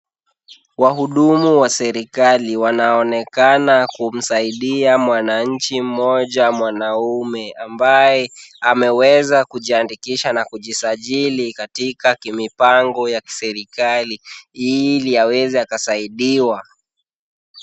Wahudumu wa serikali wanaonekana kumsaidia mwananchi mmoja mwanaume ambaye ameweza kujiandikisha na kujisajili katika mipango ya kiserikali ili aweze akasaidiwa.